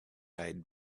eyed